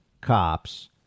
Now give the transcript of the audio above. cops